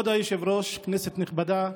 כבוד היושב-ראש, כנסת נכבדה,